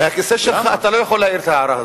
מהכיסא שלך אתה לא יכול להעיר את ההערה הזו.